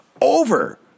over